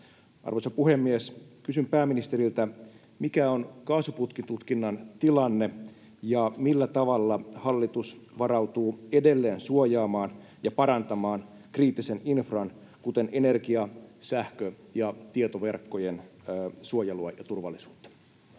Arvoisa puhemies! Kysyn pääministeriltä: mikä on kaasuputkitutkinnan tilanne, ja millä tavalla hallitus varautuu edelleen suojaamaan ja parantamaan kriittisen infran, kuten energia‑, sähkö- ja tietoverkkojen, suojelua ja turvallisuutta?